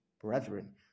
brethren